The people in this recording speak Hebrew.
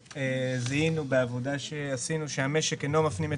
זיהינו בעבודה שעשינו שהמשק אינו מפנים את